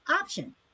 option